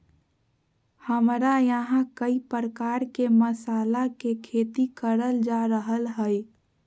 हमरा यहां कई प्रकार के मसाला के खेती करल जा रहल हई